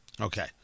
Okay